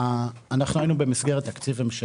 היינו במסגרת תקציב המשכי.